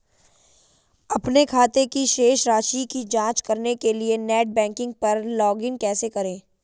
अपने खाते की शेष राशि की जांच करने के लिए नेट बैंकिंग पर लॉगइन कैसे करें?